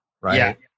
right